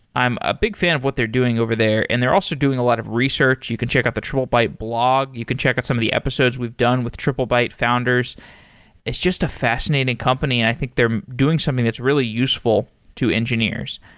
i'm a big fan of what they're doing over there and they're also doing a lot of research. you can check out the triplebyte blog. you can check out some of the episodes we've done with triplebyte founders it's just a fascinating company and i think they're doing something that's really useful to engineers.